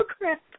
crap